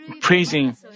praising